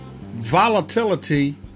Volatility